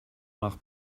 nach